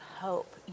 hope